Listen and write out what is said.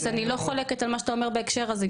אני לא חולקת על מה שאתה אומר בהקשר הזה.